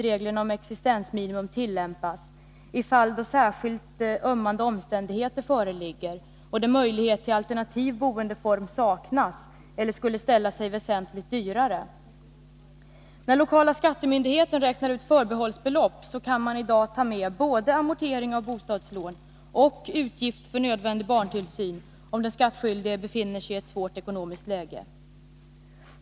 Reglerna för existensminimum kan emellertid tillämpas då särskilt ömmande omständigheter föreligger och då möjlighet till alternativ boendeform saknas eller då sådan skulle ställa sig väsentligt dyrare. När den lokala skattemyndigheten i dag räknar ut förbehållsbelopp, kan hänsyn tas till både amortering av bostadslån och utgift för nödvändig barntillsyn, om den skattskyldige befinner sig i ett svårt ekonomiskt läge.